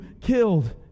killed